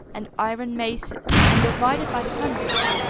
and iron maces, and divided by hundreds,